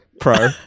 pro